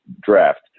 draft